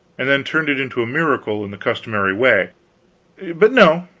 and then turned it into a miracle in the customary way but no,